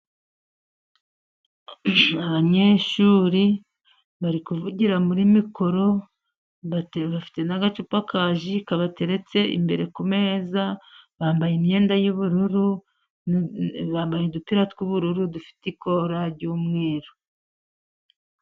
Abanyeshuri bari kuvugira muri mikoro, bafite n'agacupa ka ji kabateretse imbere kumeza, bambaye imyenda y'ubururu bambaye udupira tw'ubururu dufite ikora ry'umweru.